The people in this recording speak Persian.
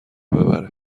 ببره